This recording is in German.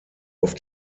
oft